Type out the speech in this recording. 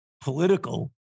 political